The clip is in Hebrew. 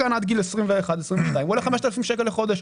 שחקן עד גיל 21 22 עולה 5,000 שקל לחודש.